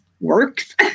works